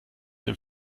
dem